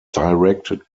directed